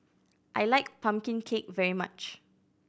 I like pumpkin cake very much